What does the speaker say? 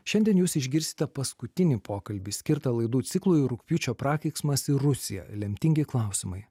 šiandien jūs išgirsite paskutinį pokalbį skirtą laidų ciklui rugpjūčio prakeiksmas ir rusija lemtingi klausimai